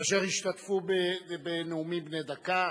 אשר השתתפו בנאומים בני דקה.